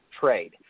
trade